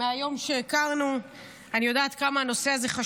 אני מציגה.